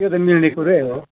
त्यो ता मिल्ने कुरै हो